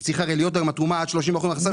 צריך להיות היום התרומה עד 30% מההכנסות,